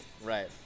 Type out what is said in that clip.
Right